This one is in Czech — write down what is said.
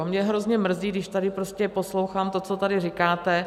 Mě hrozně mrzí, když tady prostě poslouchám to, co tady říkáte.